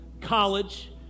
college